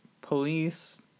police